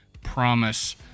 Promise